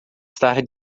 estar